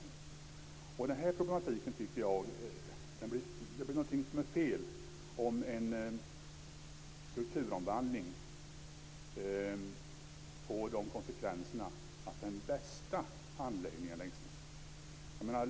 Vad gäller den här problematiken tycker jag att det är någonting som är fel om en strukturomvandling får den konsekvensen att den bästa anläggningen läggs ned.